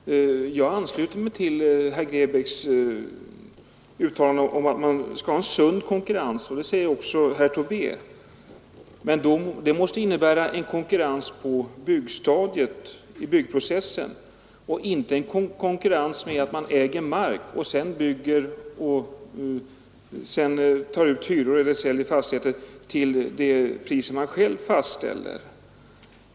Herr talman! Jag ansluter mig till herr Grebäcks uttalande om att man skall ha en sund konkurrens. Det säger också herr Tobé. Men det måste innebära en konkurrens på byggstadiet, i byggprocessen, och inte en konkurrens i markägande, där man sedan tar ut hyror eller säljer fastigheter till det pris som man själv fastställer.